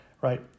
right